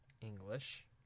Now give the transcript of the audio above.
English